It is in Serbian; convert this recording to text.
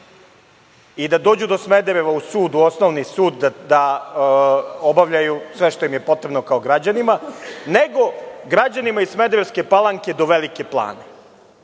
i da dođu do Smedereva u osnovni sud da obavljaju sve što im je potrebno kao građanima, nego građanima iz Smederevske Palanke do Velike Plane.